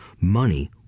money